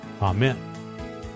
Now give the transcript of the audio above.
Amen